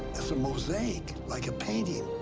it's a mosaic, like a painting.